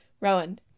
Rowan